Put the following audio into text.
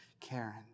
Karen